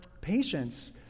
patience